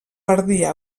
perdia